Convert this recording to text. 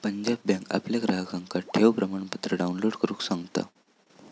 Punjab bank आपल्या ग्राहकांका ठेव प्रमाणपत्र डाउनलोड करुक सांगता